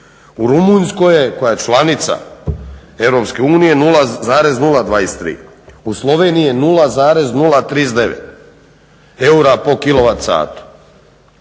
U Rumunjskoj koja je članica EU 0,023, u Sloveniji 0,039 eura po